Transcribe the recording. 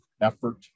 effort